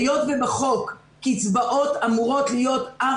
היות ובחוק קצבאות אמורות להיות אך